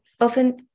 often